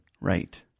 Right